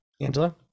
Angela